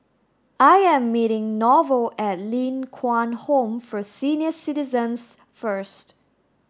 I am meeting Norval at Ling Kwang Home for Senior Citizens first